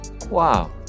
Wow